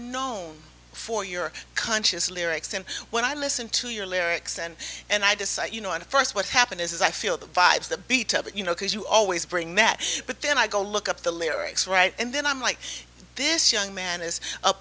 known for your conscious lyrics and when i listen to your lyrics and and i decide you know at st what happened is i feel the vibes the beat of it you know because you always bring that but then i go look up the lyrics right and then i'm like this young man is a